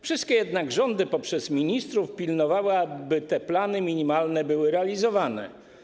Wszystkie jednak rządy poprzez ministrów pilnowały, by te plany minimalne były realizowane.